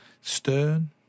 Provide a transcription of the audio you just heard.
Stern